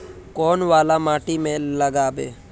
कौन वाला माटी में लागबे?